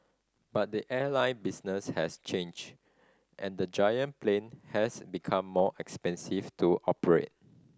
but the airline business has changed and the giant plane has become more expensive to operate